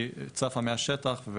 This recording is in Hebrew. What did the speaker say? הכניסה של משרד הפנים היא צפה מהשטח,